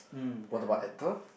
mm then